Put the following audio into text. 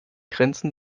grenzen